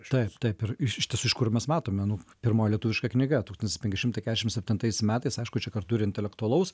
taip taip ir išties iš kur mes matome nu pirmoji lietuviška knyga tūkstantis penki šimtai kesšim septintais metais aišku čia kartu ir intelektualaus